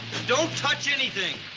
don't touch anything.